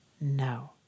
no